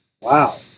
Wow